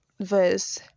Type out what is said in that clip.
verse